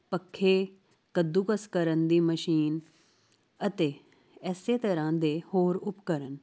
ਪੱਖੇ ਕੱਦੂਕਸ ਕਰਨ ਦੀ ਮਸ਼ੀਨ ਅਤੇ ਇਸੇ ਤਰ੍ਹਾਂ ਦੇ ਹੋਰ ਉਪਕਰਨ